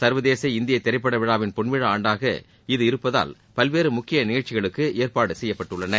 சர்வதேச இந்திய திரைப்பட விழாவின் பொன்விழா ஆண்டாக இது இருப்பதால் பல்வேறு முக்கிய நிகழ்ச்சிகளுக்கு ஏற்பாடு செய்யப்பட்டுள்ளன